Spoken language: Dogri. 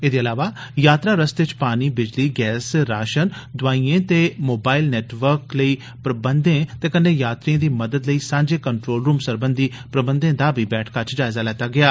एदे इलावा यात्रा रस्ते च पानी बिजली गैस राशन दोआइयें ते मोबाइल नेटवर्क लेई प्रबंधे ते कन्नै यात्रियें दी मदद लेई सांझे कंट्रोल रुम सरबंधी प्रबंधें दा बी बैठका च जायजा लैता गेया